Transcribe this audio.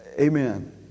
Amen